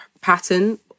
pattern